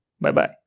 Bye-bye